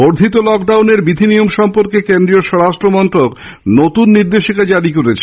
বর্ধিত লকডাউনের সময় বিধি নিয়ম সম্পর্কে কেন্দ্রীয় স্বরাষ্ট্রমন্ত্রক নতুন নির্দেশিকা জারি করেছে